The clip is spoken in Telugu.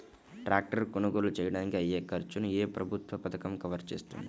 ట్రాక్టర్ కొనుగోలు చేయడానికి అయ్యే ఖర్చును ఏ ప్రభుత్వ పథకం కవర్ చేస్తుంది?